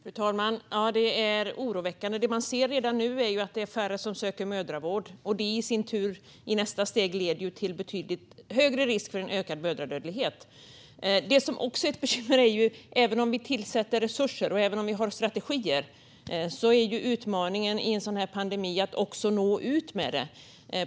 Fru talman! Ja, det är oroväckande. Det är redan nu färre som söker mödravård, och det i sin tur leder till betydligt högre risk för mödradödlighet. Även om vi tillför resurser och har strategier är utmaningen under en pandemi att nå ut med dessa.